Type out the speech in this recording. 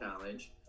Challenge